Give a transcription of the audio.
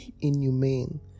inhumane